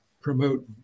promote